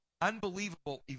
unbelievable